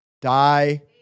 die